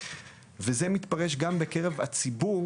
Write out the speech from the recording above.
וזה מתפרש גם בקרב הציבור,